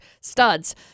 studs